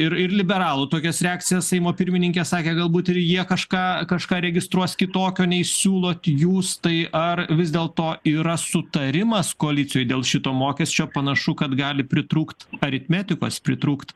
ir ir liberalų tokias reakcijas seimo pirmininkė sakė galbūt ir jie kažką kažką registruos kitokio nei siūlot jūs tai ar vis dėlto yra sutarimas koalicijoj dėl šito mokesčio panašu kad gali pritrūkt aritmetikos pritrūkt